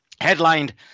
headlined